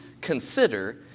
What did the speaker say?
consider